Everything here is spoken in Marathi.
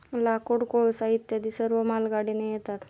लाकूड, कोळसा इत्यादी सर्व मालगाडीने येतात